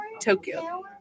Tokyo